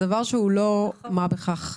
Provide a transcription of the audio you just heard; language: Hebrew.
דבר שהוא לא מה בכך,